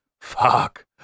Fuck